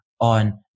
on